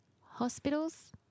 Hospitals